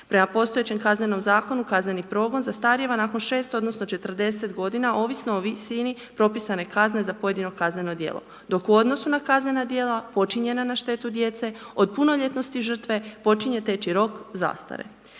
Prema postojećem Kaznenom zakonu kazneni progon zastarijeva nakon 6 odnosno 40 godina ovisno o visini propisane kazne za pojedino kazneno djelo dok u odnosu na kaznena djela počinjenja na štetu djece od punoljetnosti žrtve počinje teći rok zastare.